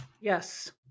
Yes